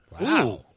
Wow